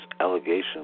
allegations